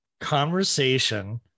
conversation